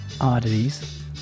oddities